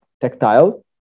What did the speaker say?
tactile